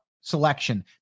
selection